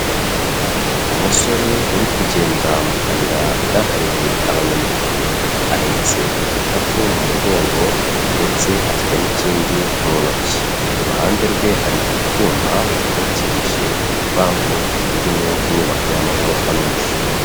Umusore uri kugenda mu kayira kahariwe abanyamaguru, ahetse igikapu mu mugongo ndetse afite n'ikindi mu ntoki, iruhande rwe hari utwuma dukorotirije urupangu rurimo inyubako y'amagorofa menshi.